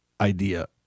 idea